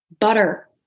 butter